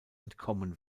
entkommen